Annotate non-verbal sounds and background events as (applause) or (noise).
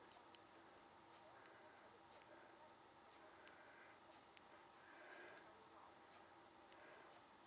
(breath)